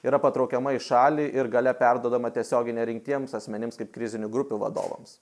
yra patraukiama į šalį ir galia perduodama tiesiogiai nerinktiems asmenims kaip krizinių grupių vadovams